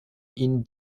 ihn